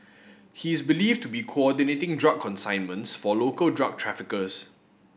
he is believed to be coordinating drug consignments for local drug traffickers